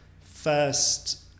first